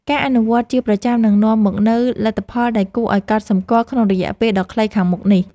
ការអនុវត្តជាប្រចាំនឹងនាំមកនូវលទ្ធផលដែលគួរឱ្យកត់សម្គាល់ក្នុងរយៈពេលដ៏ខ្លីខាងមុខនេះ។